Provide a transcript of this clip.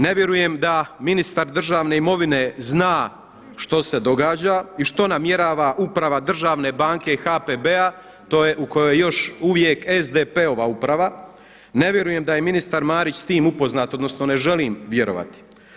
Ne vjerujem da ministar državne imovine zna što se događa i što namjerava uprava državne banke HPB-a u kojoj je još uvijek SDP-ova uprava, ne vjerujem da je ministar Marić s tim upoznat, odnosno ne želim vjerovati.